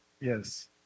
Yes